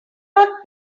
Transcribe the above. not